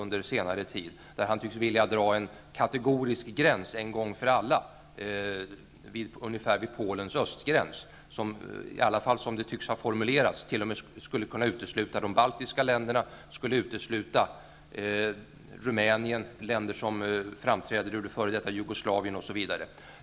Han tycks en gång för alla vilja dra en kategorisk gräns ungefär vid Polens östgräns. Detta skulle, i alla fall som det tycks ha formulerats, t.o.m. kunna utesluta de baltiska länderna, Rumänien, länder som framträder ur det f.d. Jugoslavien, osv.